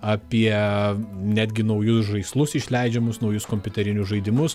apie netgi naujus žaislus išleidžiamus naujus kompiuterinius žaidimus